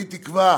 אני תקווה,